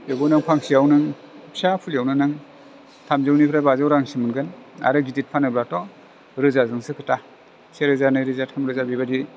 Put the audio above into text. बेखौ नों फांसेयाव नों फिसा फुलियावनो नों थामजौनिफ्राय बाजौ रांसिम मोनगोन आरो नों गिदिर फानोबाथ' रोजा जोंसो खोथा से रोजा नै रोजा थाम रोजा बेबायदि